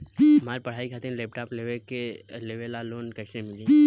हमार पढ़ाई खातिर लैपटाप लेवे ला लोन कैसे मिली?